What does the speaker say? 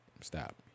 stop